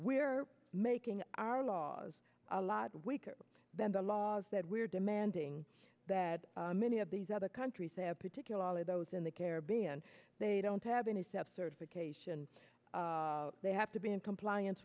we're making our laws a lot weaker than the laws that we're demanding that many of these other countries have particularly those in the caribbean they don't have any step certification they have to be in compliance